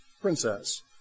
princess